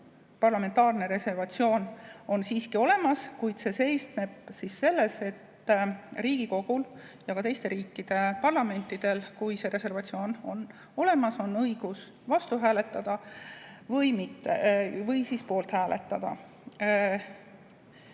Parlamentaarne reservatsioon on siiski olemas, kuid see seisneb selles, et Riigikogul ja ka teiste riikide parlamentidel, kui reservatsioon on olemas, on õigus vastu hääletada või poolt hääletada.